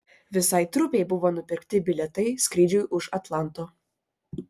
visai trupei buvo nupirkti bilietai skrydžiui už atlanto